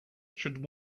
should